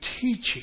teaching